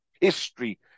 history